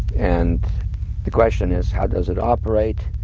and the question is, how does it operate?